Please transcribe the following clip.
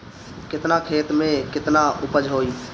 केतना खेत में में केतना उपज होई?